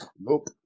Nope